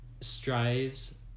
strives